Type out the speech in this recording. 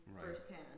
firsthand